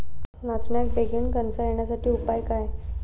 नाचण्याक बेगीन कणसा येण्यासाठी उपाय काय?